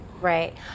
Right